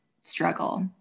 struggle